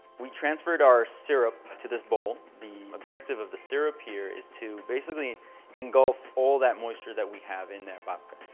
we transferred our syrup to this bowl. the objective of the syrup here is to basically engulf all that moisture that we have in the babka.